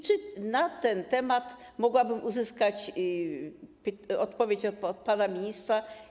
Czy na ten temat mogłabym uzyskać odpowiedź od pana ministra?